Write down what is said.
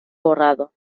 borrado